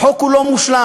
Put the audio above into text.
החוק הוא לא מושלם,